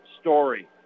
story